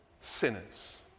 sinners